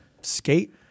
skate